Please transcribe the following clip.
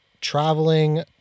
traveling